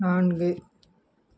நான்கு